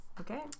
Okay